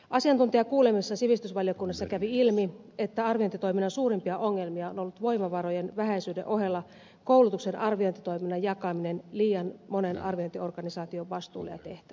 asiantuntijakuulemisissa sivistysvaliokunnassa kävi ilmi että arviointitoiminnan suurimpia ongelmia on ollut voimavarojen vähäisyyden ohella koulutuksen arviointitoiminnan jakaminen liian monen arviointiorganisaation vastuulle ja tehtäväksi